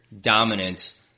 dominance